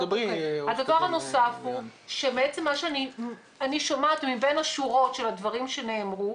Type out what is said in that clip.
הדבר הנוסף הוא שאני שומעת מבין השורות של הדברים שנאמרו,